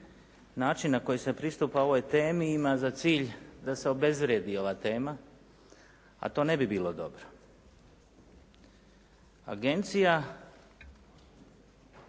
način na koji se pristupa ovoj temi ima za cilj da se obezvrijedi ova tema, a to ne bi bilo dobro. Agencija